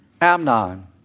Amnon